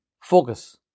focus